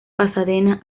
pasadena